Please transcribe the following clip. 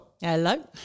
Hello